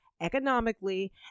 economically